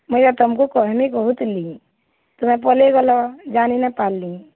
ମୁଇଁ ଆର୍ ତମ୍କୁ କହିମି କହୁଥିଲିଁ ତୁମେ ପଲେଇଗଲ ଜାଣି ନାଇପାର୍ଲିଁ